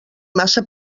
massa